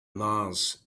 mars